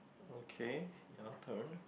okay your turn